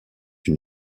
une